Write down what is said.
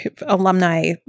alumni